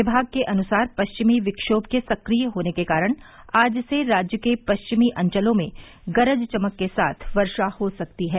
विभाग के अनुसार पश्चिमी विक्षोम के सक्रिय होने के कारण आज से राज्य के पश्चिमी अंचलों में गरज चमक के साथ वर्षा हो सकती है